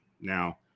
now